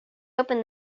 open